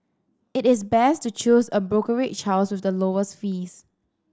it is best to choose a brokerage house with the lowest fees